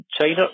China